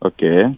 Okay